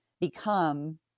become